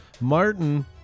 Martin